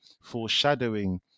foreshadowing